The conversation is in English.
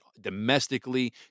domestically